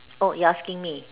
oh you're asking me